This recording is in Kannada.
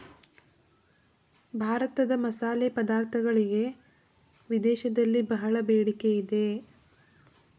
ಭಾರತದ ಮಸಾಲೆ ಪದಾರ್ಥಗಳಿಗೆ ವಿದೇಶದಲ್ಲಿ ಬಹಳ ಬೇಡಿಕೆ ಇದೆ